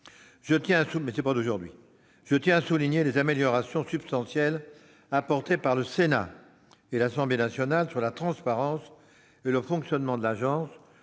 Je tiens à souligner les améliorations substantielles apportées au texte par le Sénat et l'Assemblée nationale s'agissant de la transparence et du fonctionnement de l'agence,